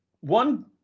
one